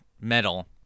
metal